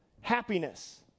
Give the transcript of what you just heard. Happiness